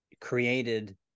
created